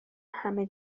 همه